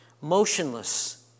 motionless